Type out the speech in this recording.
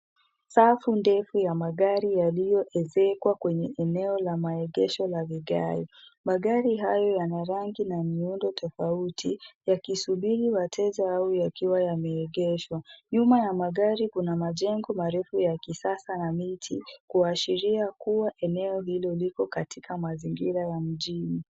Safu ndefu ya magari yaliyoezekwa kwenye eneo la maegesho ya vigae .Magari hayo yana rangi na miundo tofauti yakisubiri wateja au yakiwa yameegeshwa. Nyuma ya magari kuna majengo marefu ya kisasa na miti kuashiria kuwa eneo hilo liko katika mazingira ya mjini.